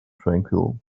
tranquil